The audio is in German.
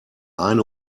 eine